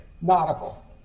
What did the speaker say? nautical